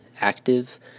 active